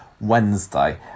Wednesday